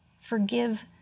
Forgive